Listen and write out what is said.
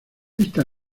esta